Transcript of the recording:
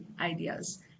ideas